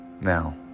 Now